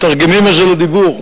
מתרגמים את זה לדיבור,